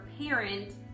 parent